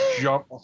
jump